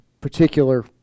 particular